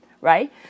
right